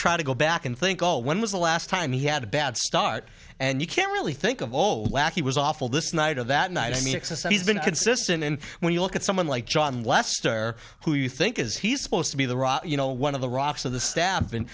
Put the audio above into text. try to go back and think oh when was the last time he had a bad start and you can really think of all lack he was awful this night or that night he's been consistent and when you look at someone like jon lester who you think is he's supposed to be the rock you know one of the rocks of the staff